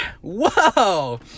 Whoa